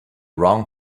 wrong